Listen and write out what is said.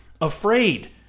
afraid